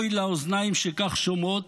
אוי לאוזניים שכך שומעות,